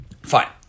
Fine